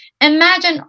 Imagine